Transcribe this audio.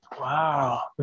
Wow